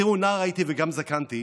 תראו, נער הייתי וגם זקנתי,